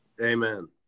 Amen